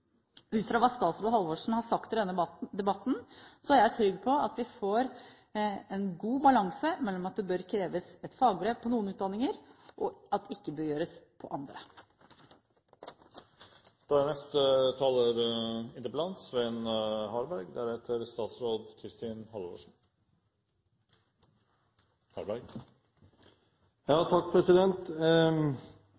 Ut fra hva statsråd Halvorsen har sagt i denne debatten, er jeg trygg på at vi får en god balanse mellom at det bør kreves et fagbrev på noen utdanninger, og at det ikke bør kreves på andre. Jeg er veldig takknemlig for at statsråden så tydelig har gitt svar, har invitert andre utdanningstilbud til ved neste